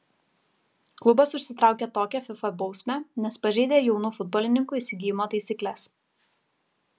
klubas užsitraukė tokią fifa bausmę nes pažeidė jaunų futbolininkų įsigijimo taisykles